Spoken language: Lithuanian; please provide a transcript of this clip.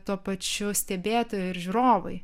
tuo pačiu stebėtojai ir žiūrovai